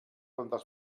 rentar